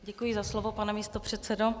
Děkuji za slovo, pane místopředsedo.